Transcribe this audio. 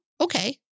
okay